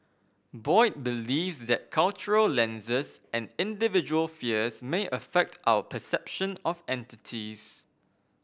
Boyd believes that cultural lenses and individual fears may affect our perception of entities